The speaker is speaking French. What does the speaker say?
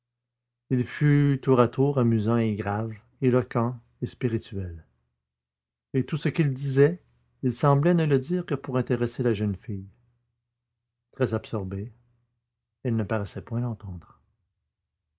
tour à tour amusant et grave éloquent et spirituel et tout ce qu'il disait il semblait ne le dire que pour intéresser la jeune fille très absorbée elle ne paraissait point l'entendre